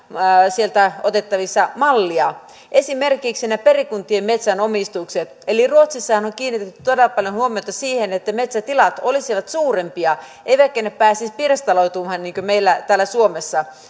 sieltä otettavissa mallia esimerkiksi ne perikuntien metsänomistukset eli ruotsissahan on kiinnitetty todella paljon huomiota siihen että metsätilat olisivat suurempia eivätkä ne pääsisi pirstaloitumaan niin kuin meillä täällä suomessa